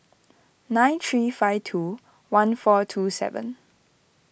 nine three five two one four two seven